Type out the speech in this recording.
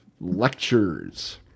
lectures